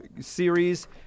series